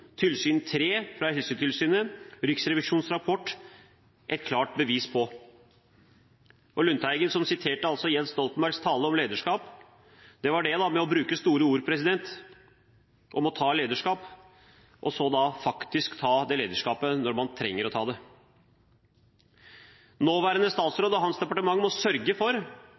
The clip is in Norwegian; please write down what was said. tilsyn to og tilsyn tre fra Helsetilsynet og Riksrevisjonens rapport klare bevis på. Lundteigen siterte Jens Stoltenbergs tale om lederskap. Det var det med å bruke store ord om å ta lederskap og så faktisk ta det lederskapet når man trenger å ta det. Den nåværende